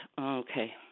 okay